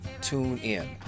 TuneIn